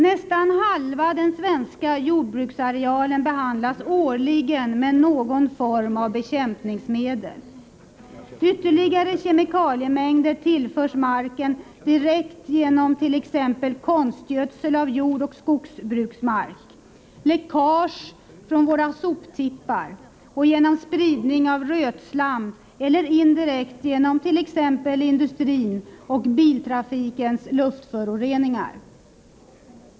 Nästan halva den svenska jordbruksarealen behandlas årligen med någon form av bekämpningsmedel. Ytterligare kemikaliemängder tillförs marken direkt genom t.ex. konstgödsling av jordoch skogsbruksmark, läckage från soptippar och genom spridning av rötslam eller indirekt genom t.ex. industrins och biltrafikens luftföroreningar.